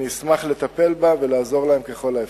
אני אשמח לטפל בה ולעזור להם ככל האפשר.